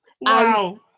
Wow